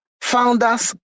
founders